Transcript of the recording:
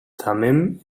thummim